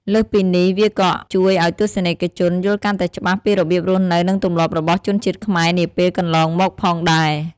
លើសពីនេះ វាក៏ ជួយឲ្យទស្សនិកជនយល់កាន់តែច្បាស់ពីរបៀបរស់នៅ និងទម្លាប់របស់ជនជាតិខ្មែរនាពេលកន្លងមក ផងដែរ។